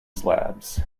slabs